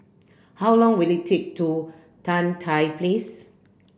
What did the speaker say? how long will it take to Tan Tye Place